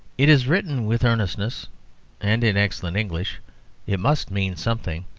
it is written with earnestness and in excellent english it must mean something.